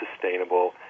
sustainable